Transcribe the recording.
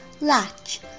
Latch